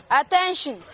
attention